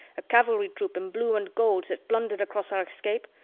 a cavalry troop in blue and gold that blundered across our escape,